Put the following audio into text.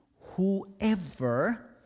whoever